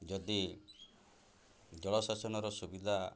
ଯଦି ଜଳସେଚନର ସୁବିଧା